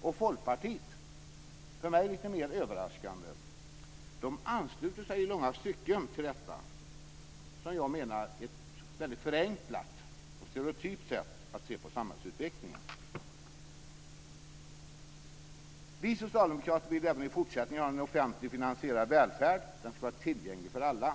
och Folkpartiet, för mig lite mer överraskande, i långa stycken ansluter sig till detta som jag menar väldigt förenklade och stereotypa sätt att se på samhällsutvecklingen. Vi socialdemokrater vill även i fortsättningen ha en offentligt finansierad välfärd. Den ska vara tillgänglig för alla.